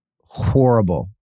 horrible